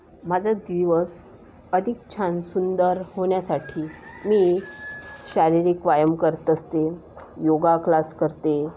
माझं दिवस अधिक छान सुंदर होण्यासाठी मी शारीरिक व्यायाम करत असते योगा क्लास करते